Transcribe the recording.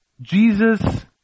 Jesus